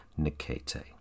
Nikete